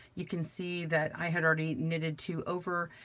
you can see that i had already knitted two over,